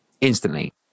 Instantly